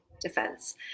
defense